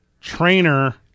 trainer